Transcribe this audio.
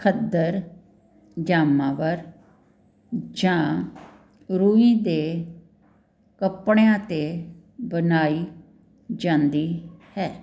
ਖੱਦਰ ਜਾਮਾ ਪਰ ਜਾਂ ਰੂੰਈਂ ਦੇ ਕੱਪੜਿਆਂ 'ਤੇ ਬਣਾਈ ਜਾਂਦੀ ਹੈ